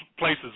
Places